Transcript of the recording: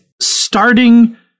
starting